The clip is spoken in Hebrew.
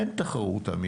אין תחרות אמיתית